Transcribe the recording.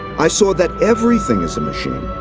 i saw that everything is a machine.